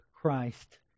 Christ